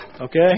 Okay